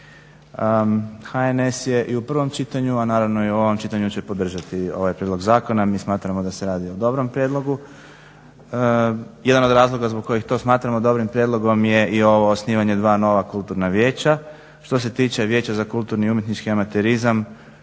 HNS je i u prvom čitanju, a naravno i u ovom čitanju će podržati ovaj prijedlog zakona. Mi smatramo da se radi o dobrom prijedlogu. Jedan od razloga zbog kojih to smatramo dobrim prijedlogom je i ovo osnivanje dva nova kulturna vijeća. Što se tiče Vijeća za kulturni i umjetnički amaterizam